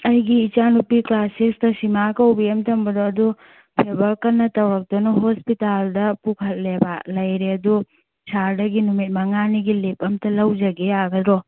ꯑꯩꯒꯤ ꯏꯅꯥꯅꯨꯄꯤ ꯀ꯭ꯂꯥꯁ ꯁꯤꯛꯁꯇ ꯁꯤꯃꯥ ꯀꯧꯕꯤ ꯑꯃ ꯇꯝꯕꯗꯣ ꯑꯗꯨ ꯐꯦꯚꯔ ꯀꯟꯅ ꯇꯧꯔꯛꯇꯨꯅ ꯍꯣꯁꯄꯤꯇꯥꯜꯗ ꯄꯨꯈꯠꯂꯦꯕ ꯂꯩꯔꯦ ꯑꯗꯨ ꯁꯥꯔꯗꯒꯤ ꯅꯨꯃꯤꯠ ꯃꯉꯥꯅꯤꯒꯤ ꯂꯤꯞ ꯑꯝꯇ ꯂꯧꯖꯒꯦ ꯌꯥꯒꯗ꯭ꯔꯣ